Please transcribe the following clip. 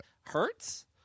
hurts